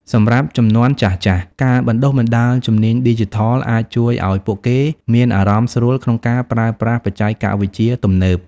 សម្រាប់ជំនាន់ចាស់ៗ ការបណ្តុះបណ្តាលជំនាញឌីជីថលអាចជួយឱ្យពួកគេមានអារម្មណ៍ស្រួលក្នុងការប្រើប្រាស់បច្ចេកវិទ្យាទំនើប។